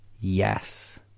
Yes